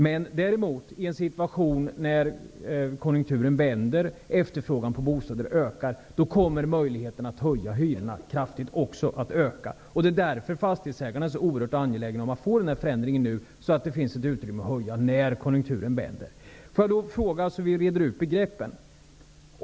Men i en situation då konjunkturen vänder och efterfrågan på bostäder ökar kommer däremot hyrorna förmodligen att öka kraftigt. Det är därför fastighetsägarna är så angelägna om att denna förändring skall göras nu så att det finns ett utrymme att höja hyrorna när konjunkturen vänder. Jag vill ställa en fråga för att reda ut begreppen.